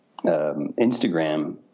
Instagram